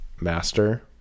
master